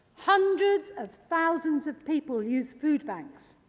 hundreds of thousands of people use food banks